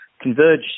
Converge